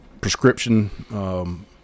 prescription